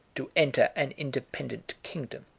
to enter an independent kingdom.